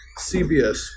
CBS